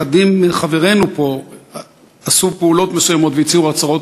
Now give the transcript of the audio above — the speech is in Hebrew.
אחדים מחברינו פה עשו פעולות מסוימות והצהירו הצהרות